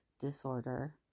disorder